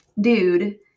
dude